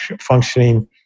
functioning